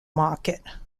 market